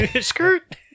skirt